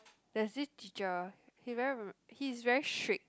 there's this teacher he very he's very strict